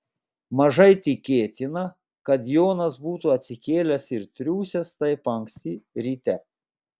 mažai tikėtina kad jonas būtų atsikėlęs ir triūsęs taip anksti ryte